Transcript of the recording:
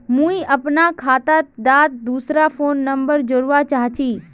मुई अपना खाता डात दूसरा फोन नंबर जोड़वा चाहची?